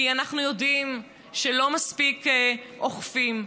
כי אנחנו יודעים שלא מספיק אוכפים,